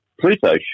Pluto